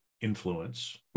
influence